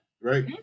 right